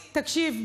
תקשיב,